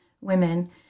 women